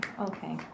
Okay